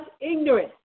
ignorance